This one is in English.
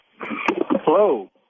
Hello